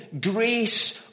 grace